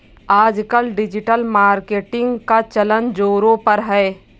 आजकल digital marketing का चलन ज़ोरों पर है